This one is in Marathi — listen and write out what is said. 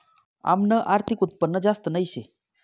आमनं आर्थिक उत्पन्न जास्त नही शे